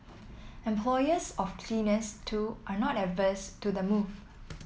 employers of cleaners too are not averse to the move